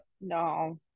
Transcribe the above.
no